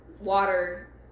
water